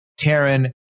Taryn